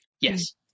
Yes